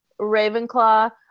Ravenclaw